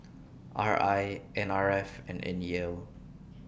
R I N R F and N E L